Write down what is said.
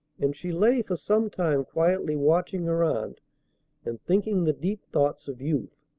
and she lay for some time quietly watching her aunt and thinking the deep thoughts of youth.